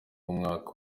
umwaka